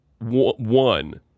one